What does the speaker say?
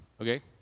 Okay